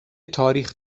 تاریخ